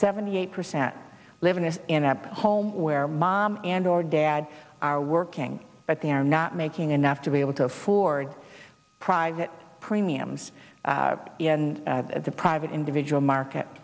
seventy eight percent living in a home where mom and or dad are working but they are not making enough to be able to afford that premiums in the private individual market